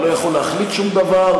ולא יכול להחליט שום דבר,